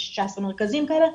יש 19 מרכזים כאלה,